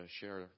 share